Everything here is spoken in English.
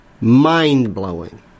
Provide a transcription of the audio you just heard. mind-blowing